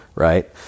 right